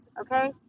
Okay